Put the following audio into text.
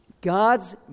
God's